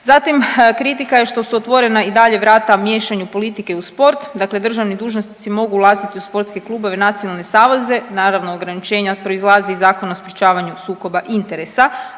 Zatim kritika je što su otvorena i dalje vrata miješanju politike u sport, dakle državni dužnosnici mogu ulaziti u sportske klubove, nacionalne saveze, naravno ograničenja proizlaze iz Zakona o sprječavanju sukoba interesa,